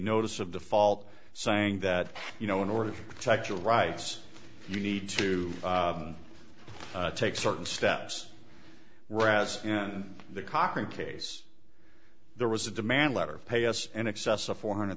notice of default saying that you know in order to protect your rights you need to take certain steps whereas in the current case there was a demand letter pay us in excess of four hundred